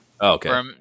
Okay